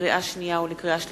לקריאה שנייה ולקריאה שלישית,